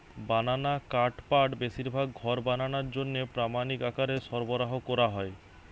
বানানা কাঠপাটা বেশিরভাগ ঘর বানানার জন্যে প্রামাণিক আকারে সরবরাহ কোরা হয়